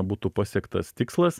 būtų pasiektas tikslas